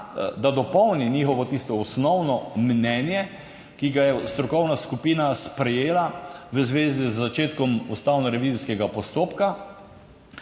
da dopolni njihovo tisto osnovno mnenje, ki ga je strokovna skupina sprejela v zvezi z začetkom ustavno revizijskega postopka,